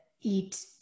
eat